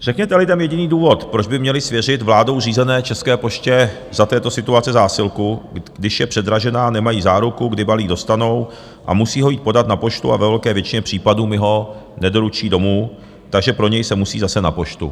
Řekněte lidem jediný důvod, proč by měli svěřit vládou řízené České poště za této situace zásilku, když je předražená, nemají záruku, kdy balík dostanou, a musí ho jít podat na poštu a ve velké většině případů mu ho nedoručí domů, takže pro něj se musí zase na poštu.